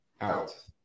out